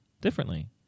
differently